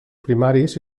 primaris